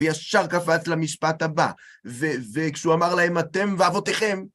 ישר קפץ למשפט הבא, וכשהוא אמר להם, אתם ואבותיכם...